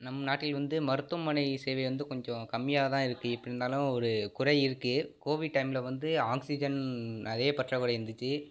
நம் நாட்டில் வந்து மருத்துவமனை சேவை வந்து கொஞ்ஜ கம்மியாக தான் இருக்குது எப்படி இருந்தாலும் ஒரு குறை இருக்குது கோவிட் டைம்ல வந்து ஆக்சிஜன் நிறைய பற்றாக்குறை இருந்துச்சு